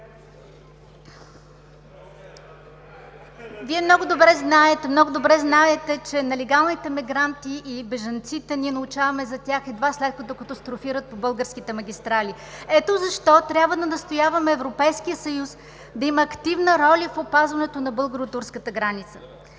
Вие много добре знаете, че нелегалните мигранти и бежанците – научаваме за тях едва след като катастрофират по българските магистрали. Ето защо трябва да настояваме Европейският съюз да има активна роля в опазването на българо турската граница,